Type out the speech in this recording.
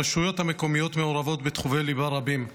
הרשויות המקומיות מעורבות בתחומי ליבה רבים: